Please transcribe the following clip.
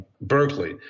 Berkeley